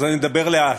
אז אני אדבר לאט,